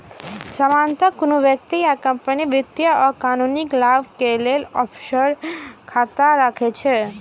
सामान्यतः कोनो व्यक्ति या कंपनी वित्तीय आ कानूनी लाभ लेल ऑफसोर खाता राखै छै